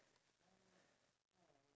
at what thing